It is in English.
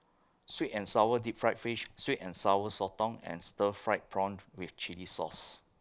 Sweet and Sour Deep Fried Fish Sweet and Sour Sotong and Stir Fried Prawn to with Chili Sauce